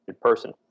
person